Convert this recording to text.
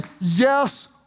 yes